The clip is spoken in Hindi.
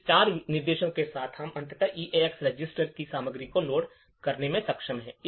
इन चार निर्देशों के बाद हम अंततः EAX रजिस्टर की सामग्री को लोड करने में सक्षम हैं